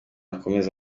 akomeze